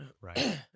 right